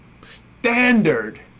standard